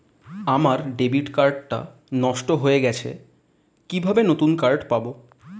আমার debit card টা নষ্ট হয়ে গেছে কিভাবে নতুন কার্ড পাব?